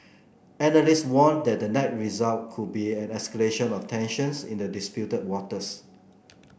analysts warn that the net result could be an escalation of tensions in the disputed waters